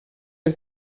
een